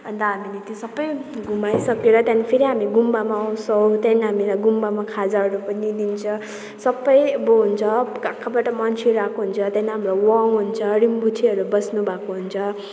अन्त हामीले त्यो सबै घुमाइसकेर त्यहाँदेखि फेरि हामी गुम्बामा आउँछौँ त्यहाँदेखि हामीलाई गुम्बामा खाजाहरू पनि दिन्छ सबै अब हुन्छ कहाँ कहाँबाट मान्छेहरू आएको हुन्छ त्यहाँदेखि हाम्रो वङ हुन्छ रिम्बुछेहरू बस्नुभएको हुन्छ